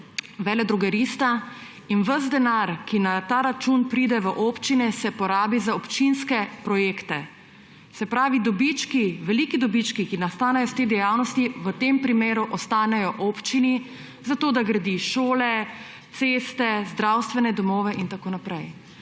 veledrogerista in ves denar, ki na ta račun pride v občine, se porabi za občinske projekte. Se pravi, dobički, veliki dobički, ki nastanejo iz te dejavnosti, v tem primeru ostanejo občini, zato da gradi šole, ceste, zdravstvene domove in tako naprej.